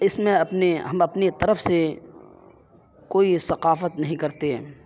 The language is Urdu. اس میں اپنی ہم اپنی طرف سے کوئی ثقافت نہیں کرتے